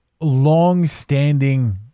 long-standing